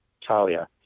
Talia